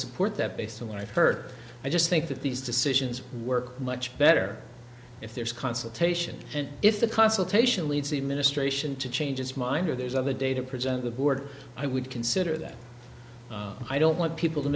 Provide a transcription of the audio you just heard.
support that based on what i've heard i just think that these decisions work much better if there's consultation and if the consultation leads the administration to change its mind or there's other data present the board i would consider that i don't want people to